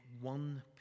one